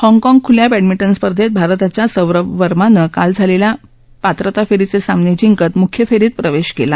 हाँगकाँग खुल्या बॅडमिंटन स्पर्धेत भारताच्या सौरभ वर्मा यानं काल झालेल्या पात्रता फेरीचे सामने जिंकत मुख्य फेरीत प्रवेश केला